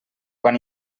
quan